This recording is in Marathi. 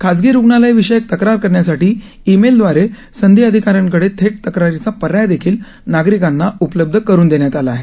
खासगी रुग्णालय विषयक तक्रार करण्यासाठी ई मेलदवारे सनदी अधिकाऱ्यांकडे थेट तक्रारीचा पर्याय देखील नागरिकांना उपलब्ध करून देण्यात आला आहे